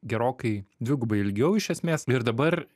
gerokai dvigubai ilgiau iš esmės ir dabar